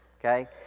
Okay